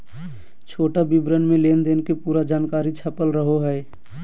छोटा विवरण मे लेनदेन के पूरा जानकारी छपल रहो हय